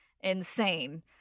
Insane